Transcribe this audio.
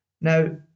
Now